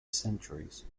centuries